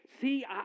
see